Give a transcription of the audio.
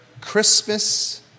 Christmas